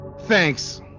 Thanks